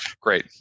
great